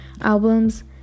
albums